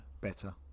better